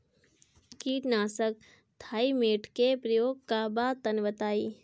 कीटनाशक थाइमेट के प्रयोग का बा तनि बताई?